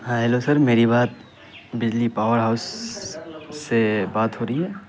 ہاں hello sir میری بات بجلی پاور ہاؤس سے بات ہو رہی ہے